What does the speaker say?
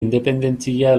independentzia